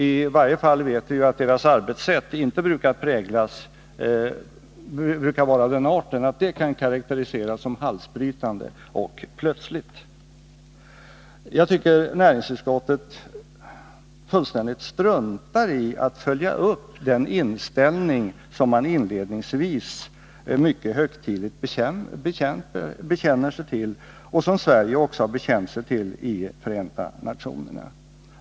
I varje fall vet vi ju att statliga utredningars arbetssätt inte brukar vara av den arten att det kan karakteriseras som halsbrytande och plötsligt. Jag tycker att näringsutskottet fullständigt struntar i att följa upp den inställning som utskottet inledningsvis mycket högtidligt bekänner sig till och som Sverige också har bekänt sig till i Förenta nationerna.